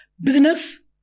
Business